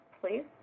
please